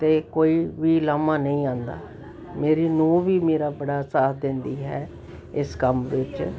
ਅਤੇ ਕੋਈ ਵੀ ਉਲਾਹਮਾ ਨਹੀਂ ਆਉਂਦਾ ਮੇਰੀ ਨੂੰਹ ਵੀ ਮੇਰਾ ਬੜਾ ਸਾਥ ਦਿੰਦੀ ਹੈ ਇਸ ਕੰਮ ਵਿੱਚ